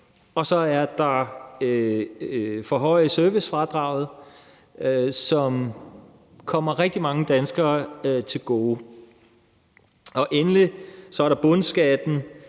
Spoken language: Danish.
Så er der en forhøjelse af servicefradraget, som kommer rigtig mange danskere til gode. Endelig er der bundskatten,